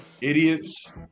idiots